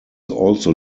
also